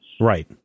Right